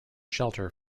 shelter